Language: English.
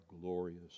glorious